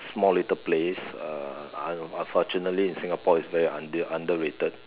small little place uh unfortunately in Singapore is very under underrated